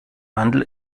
handel